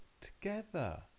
together